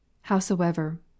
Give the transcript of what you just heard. howsoever